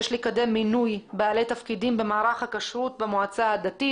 יש לקדם מינוי בעלי תפקידים במערך הכשרות במועצה הדתית.